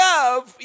Love